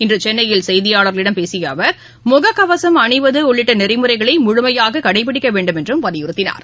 இன்று சென்னையில் செய்தியாளர்களிடம் பேசிய அவர் முகக்கவசம் அணிவது உள்ளிட்ட நெறிமுறைகளை முழுமையாக கடைபிடிக்க வேண்டுமென்று வலியுறுத்தினார்